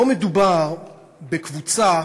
פה מדובר בקבוצה